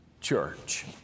CHURCH